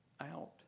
out